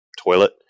toilet